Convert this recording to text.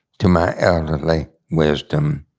to my elderly wisdom.